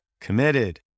committed